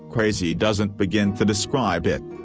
crazy doesn't begin to describe it.